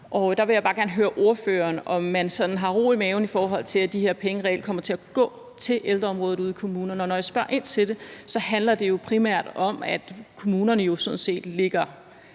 Der vil jeg bare gerne høre ordføreren, om man sådan har ro i maven, i forhold til at de her penge reelt kommer til at gå til ældreområdet ude i kommunerne. Når jeg spørger ind til det, handler det primært om, at kommunerne sådan set virkelig